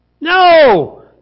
No